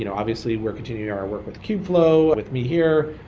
you know obviously, we're continuing our work with kubeflow with me here.